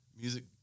music